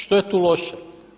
Što je tu loše?